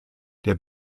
der